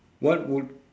what would